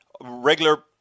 Regular